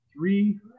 three